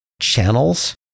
channels